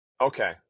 Okay